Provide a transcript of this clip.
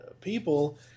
people